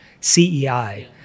CEI